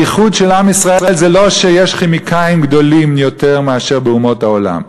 הייחוד של עם ישראל זה לא שיש כימאים גדולים יותר מאשר באומות העולם,